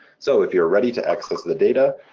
so if you're ready to access the data,